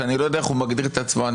שאני לא יודע איך הוא מגדיר את עצמו בתוך